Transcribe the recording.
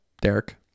Derek